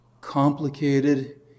complicated